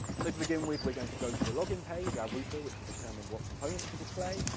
so to begin with, we're going to go to a login page. our router, which will determine what components to display,